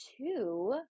two